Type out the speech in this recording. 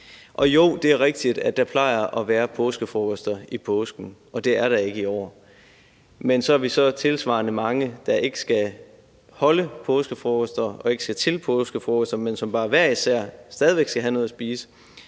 Og jo, det er rigtigt, at der plejer at være påskefrokoster i påsken, og det er der ikke i år, men så er vi så tilsvarende mange, der ikke skal holde påskefrokoster og ikke skal til påskefrokoster, men som stadig væk bare hver især skal have noget at spise,